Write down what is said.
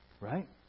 right